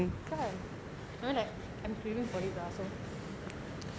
kan I mean like I'm craving for it lah so